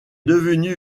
devenu